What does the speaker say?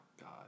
God